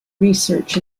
research